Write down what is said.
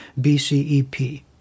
BCEP